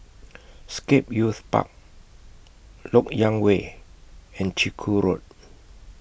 Scape Youth Park Lok Yang Way and Chiku Road